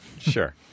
Sure